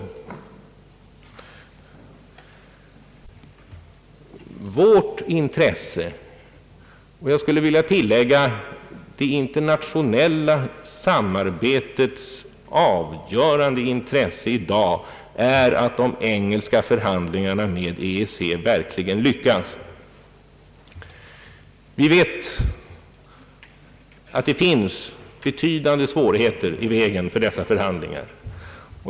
Vårt intresse, och jag skulle vilja tillägga det internationella samarbetets avgörande intresse i dag, är att de engelska förhandlingarna med EEC verkligen lyckas, Vi vet att betydande svårigheter står i vägen för dessa förhandlingar.